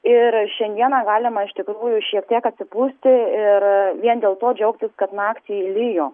ir šiandieną galima iš tikrųjų šiek tiek atsipūsti ir vien dėl to džiaugtis kad naktį lijo